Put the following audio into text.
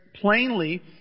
plainly